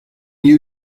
you